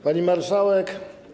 Pani Marszałek!